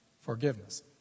forgiveness